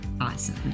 awesome